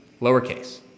lowercase